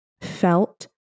felt